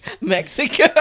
Mexico